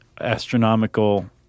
astronomical